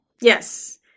Yes